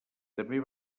també